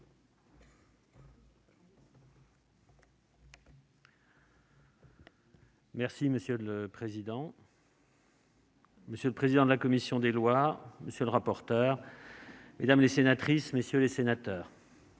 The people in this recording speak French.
Monsieur le président, monsieur le président de la commission des lois, monsieur le rapporteur, mesdames, messieurs les sénateurs,